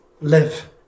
live